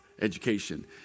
education